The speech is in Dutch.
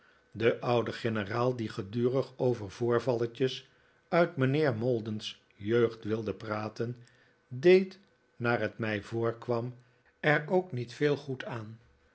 de oude generaal die gedurig over voorvalletjes uit mijnheer maldons jeugd wilde praten deed naar het mij voorkwam er ook niet veel goed aan